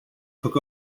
took